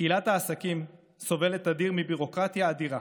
קהילת העסקים סובלת תדיר מביורוקרטיה אדירה